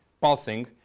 pulsing